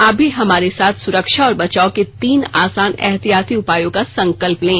आप भी हमारे साथ सुरक्षा और बचाव के तीन आसान एहतियाती उपायों का संकल्प लें